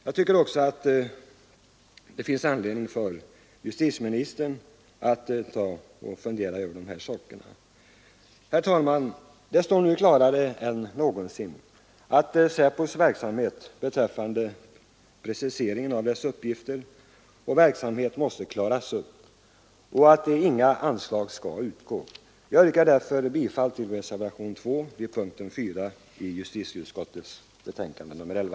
Jag tycker också att det finns anledning för justitieministern att fundera över dessa frågor. Herr talman! Det står nu klarare än någonsin att preciseringen av SÄPO:s uppgifter och verksamhet måste klaras upp och att inga anslag skall utgå. Jag yrkar därför bifall till reservationen 2 vid punkten 4 i justitieutskottets betänkande nr 11.